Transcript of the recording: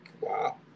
Wow